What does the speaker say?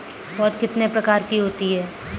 पौध कितने प्रकार की होती हैं?